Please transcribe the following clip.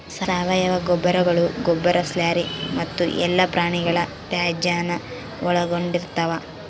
ಸಾವಯವ ಗೊಬ್ಬರಗಳು ಗೊಬ್ಬರ ಸ್ಲರಿ ಮತ್ತು ಎಲ್ಲಾ ಪ್ರಾಣಿಗಳ ತ್ಯಾಜ್ಯಾನ ಒಳಗೊಂಡಿರ್ತವ